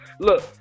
look